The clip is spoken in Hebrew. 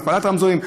הפעלת רמזורים.